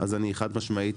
אז חד-משמעית,